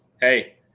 Hey